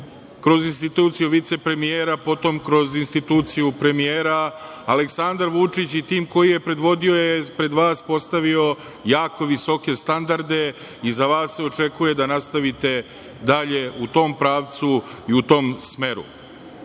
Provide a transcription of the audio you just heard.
kroz instituciju vicepremijera, potom kroz instituciju premijera, Aleksandar Vučić i tim koji je predvodio je pred vas postavio jako visoke standarde i za vas se očekuje da nastavite dalje u tom pravcu i u tom smeru. Srbija